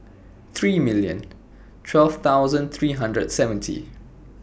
three million twelve thousand three hundred seventy